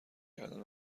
دادن